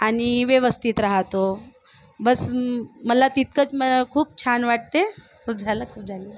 आणि व्यवस्थित राहातो बस्स मला तितकंच म् खूप छान वाटते मग झालं तर झालं